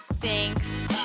Thanks